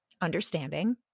understanding